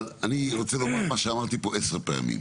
אבל, אני רוצה לומר את מה שאמרתי פה עשר פעמים,